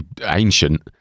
ancient